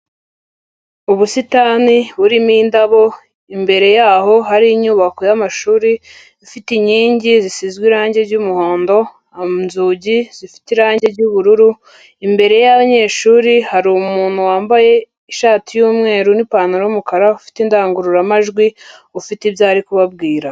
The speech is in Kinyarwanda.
Ubusitani burimo indabo, imbere yaho hari inyubako y'amashuri ifite inkingi zisizwe irange ry'umuhondo, inzugi zifite irange ry'ubururu, imbere y'abanyeshuri hari umuntu wambaye ishati y'umweru n'ipantaro y'umukara, ufite indangururamajwi, ufite ibyo ari kubabwira.